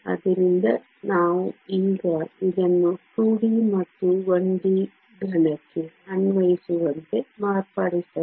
ಆದ್ದರಿಂದ ನಾವು ಈಗ ಇದನ್ನು 2D ಮತ್ತು 1D ಘನಕ್ಕೆ ಅನ್ವಯಿಸುವಂತೆ ಮಾರ್ಪಡಿಸಬಹುದು